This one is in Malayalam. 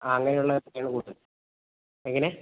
ആ അങ്ങനെയുള്ളതൊക്കെയാണ് കൂടുതൽ എങ്ങനെ